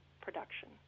production